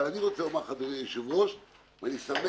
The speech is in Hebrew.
אבל, אני רוצה לומר לך, אדוני היושב-ראש, אני שמח